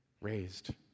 raised